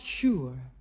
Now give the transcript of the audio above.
sure